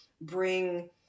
bring